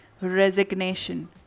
resignation